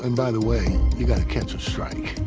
and by the way, you got to catch a strike.